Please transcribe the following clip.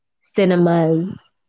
cinemas